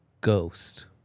ghost